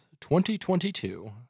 2022